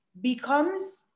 becomes